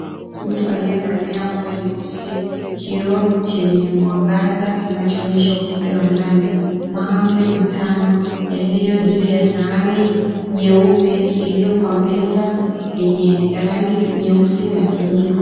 Mtu aliyevalia nguo nyeusi. Kioo chenye mwangaza kinachoonyesha upande wa ndani. Mahamri matano, yaliyo juu ya sahani nyeupe, iliyo kwa meza yenye rangi nyeusi na kijivu.